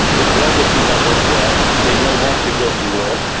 diplomacy doesn't work, and they don't want to go to war,